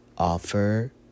offer